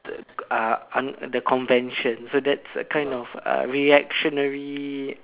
uh un~ the convention so that's a kind of reactionary